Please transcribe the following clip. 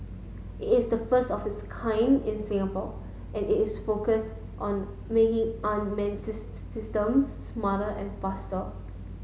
it is the first of its kind in Singapore and is focus on making unmanned systems smarter and faster